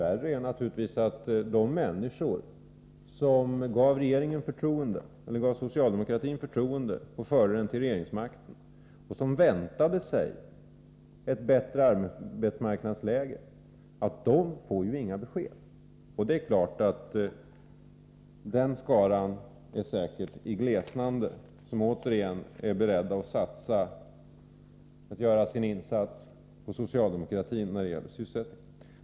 Värre är naturligtvis att de människor som gav socialdemokratin förtroendet och förde den till regeringsmakten och som väntade sig ett bättre arbetsmarknadsläge inte får några besked. Den skara är säkert glesnande som återigen är beredd att satsa på socialdemokratin när det gäller sysselsättningen.